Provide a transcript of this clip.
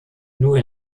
nur